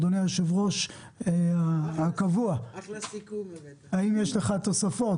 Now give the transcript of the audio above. אדוני היושב ראש הקבוע, האם יש לך תוספות?